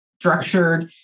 structured